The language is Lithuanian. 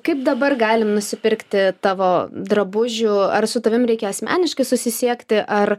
kaip dabar galim nusipirkti tavo drabužių ar su tavim reikia asmeniškai susisiekti ar